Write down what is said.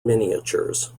miniatures